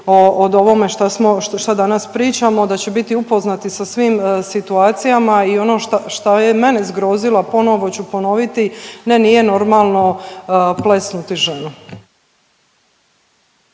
o ovome šta danas pričamo, da će biti upoznati sa svim situacijama i ono šta, šta je mene zgrozilo, a ponovo ću ponoviti, ne nije normalno plesnuti ženu.